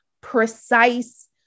precise